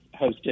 hosted